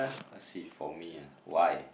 see for me ah why